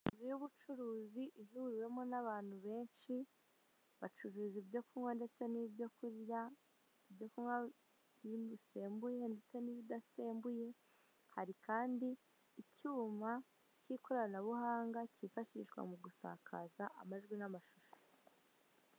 Inzu y'ubucuruzi ihuriwemo n'abantu benshi, bacuruza ibyo kunywa ndetse n'ibyo kurya. Ibyo kunywa bisembuye ndetse n'ibidasembuye hari kandi, icyuma k'ikoranabuhanga kifashishwa mu gusakaz amajwi n'amashuso.